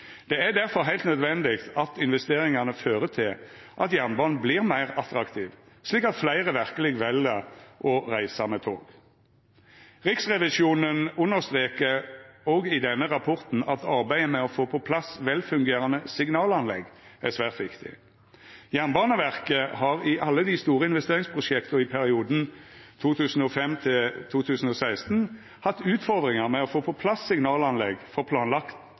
Det er difor heilt naudsynt at investeringane fører til at jernbanen vert meir attraktiv, slik at fleire verkeleg vel å reisa med tog. Riksrevisjonen understrekar òg i denne rapporten at arbeidet med å få på plass velfungerande signalanlegg er svært viktig. Jernbaneverket har i alle dei store investeringsprosjekta i perioden 2005–2016 hatt utfordringar med å få på plass signalanlegg for